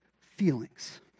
feelings